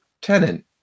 tenant